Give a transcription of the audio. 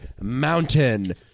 Mountain